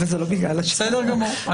בסדר גמור.